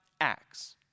acts